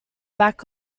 back